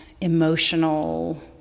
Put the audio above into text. emotional